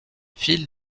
fille